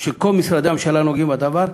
של כל משרדי הממשלה הנוגעים בדבר,